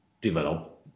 develop